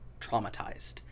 traumatized